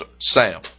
Sam